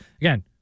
again